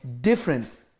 Different